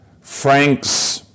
Franks